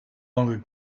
longer